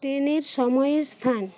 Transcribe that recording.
ট্রেনের সময়ের স্থান